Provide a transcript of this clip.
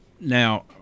now